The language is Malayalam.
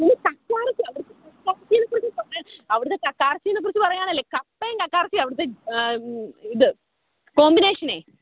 അവിടുത്തെ കക്കയിറച്ചിയിനെക്കുറിച്ച് പറയുകയാണെങ്കിൽ കപ്പയും കക്കയിറച്ചിയുമാണ് അവിടുത്തെ ഇത് കോമ്പിനേഷനെ